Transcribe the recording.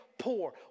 poor